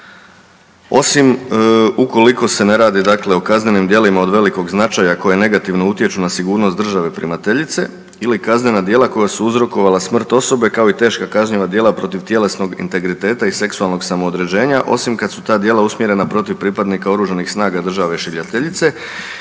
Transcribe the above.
osim ukoliko se ne radi, dakle o kaznenim djelima od velikog značaja, koja negativno utječu na sigurnost države primateljice ili kaznena djela koja su uzrokovala smrt osobe, kao i teška kažnjiva djela protiv tjelesnog integriteta i seksualnog samoodređenja, osim kad su ta djela usmjerena protiv pripadnika OS-a države šiljateljice